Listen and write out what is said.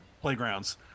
playgrounds